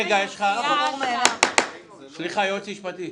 הייעוץ המשפטי,